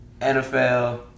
NFL